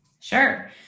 Sure